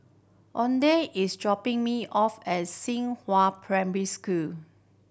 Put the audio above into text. Oneida is dropping me off as Xinghua Primary School